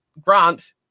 Grant